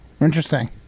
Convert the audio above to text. Interesting